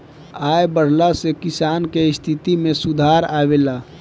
आय बढ़ला से किसान के स्थिति में सुधार आवेला